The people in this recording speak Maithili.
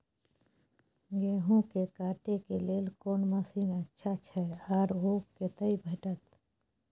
गेहूं के काटे के लेल कोन मसीन अच्छा छै आर ओ कतय भेटत?